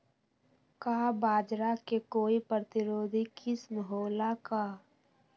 का बाजरा के कोई प्रतिरोधी किस्म हो ला का?